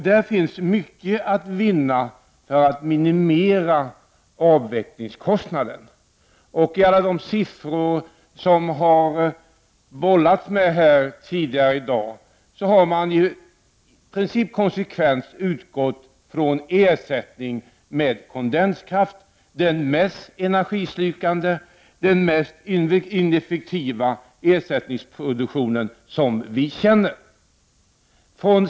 Det finns mycket att vinna på att minimera avvecklingskostnaderna. Man har bollat med en mängd siffror i dagens debatt, men i princip konsekvent har man utgått från ersättning med kondenskraft, den mest energislukande och ineffektivaste ersättningsproduktion som vi känner.